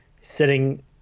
sitting